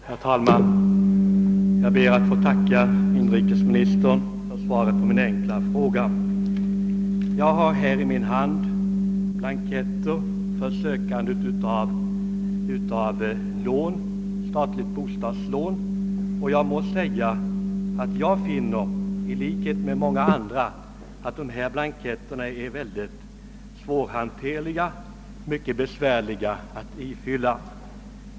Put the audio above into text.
Herr talman! Jag ber att få tacka inrikesministern för svaret på min enkla fråga. Jag har i min hand blanketter för sökande av statligt bostadslån, och jag må säga att jag i likhet med många andra finner dessa blanketter vara synnerli gen svårbegripliga och besvärliga att ifylla.